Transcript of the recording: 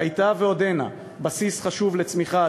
שהייתה ועודנה בסיס חשוב לצמיחה,